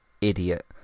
idiot